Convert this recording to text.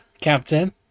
Captain